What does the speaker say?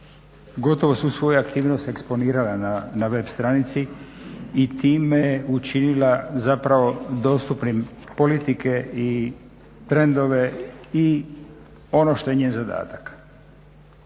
gotovo svu svoju aktivnost eksponirala na web stranici i time učinila dostupnim politike i trendove i ono što je njen zadatak.